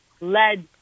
led